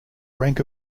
rank